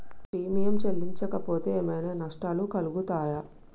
Premium చెల్లించకపోతే ఏమైనా నష్టాలు కలుగుతయా?